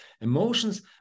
emotions